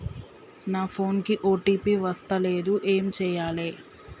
నా ఫోన్ కి ఓ.టీ.పి వస్తలేదు ఏం చేయాలే?